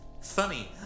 Funny